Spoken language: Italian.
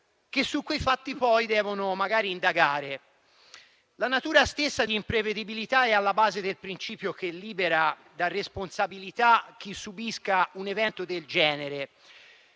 che su quei fatti devono poi magari indagare. La natura stessa di imprevedibilità è alla base del principio che libera da responsabilità chi subisca un evento del genere,